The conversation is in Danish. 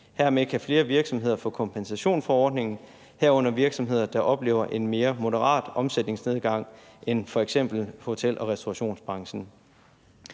Hermed kan flere virksomheder få kompensation fra ordningen, herunder virksomheder, der oplever en mere moderat omsætningsnedgang end f.eks. i hotel- og restaurationsbranchen.